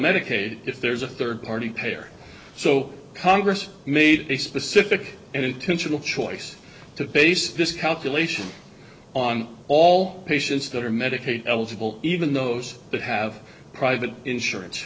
medicaid if there's third party payer so congress made a specific and intentional choice to base this calculation on all patients that are medicaid eligible even those that have private insurance